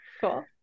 Cool